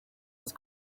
his